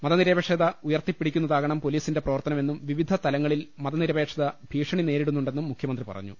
മതനിരപേക്ഷത ഉയർത്തിപിടിക്കുന്നതാകണം പൊലീസിന്റെ പ്രവർത്തനമെന്നും വിവിധ തലങ്ങളിൽ മതനിരപേക്ഷത ഭീഷണി നേരിടുന്നുണ്ടെന്നും മുഖ്യമന്ത്രി പറഞ്ഞു